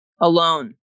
alone